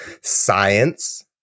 science